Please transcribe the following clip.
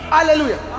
Hallelujah